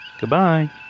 Goodbye